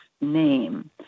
name